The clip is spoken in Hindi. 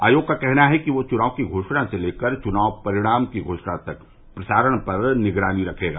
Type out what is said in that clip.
आयोग का कहना है कि वह चुनाव की घोषणा से लेकर चुनाव परिणाम की घोषणा तक प्रसारण पर निगरानी रखेगा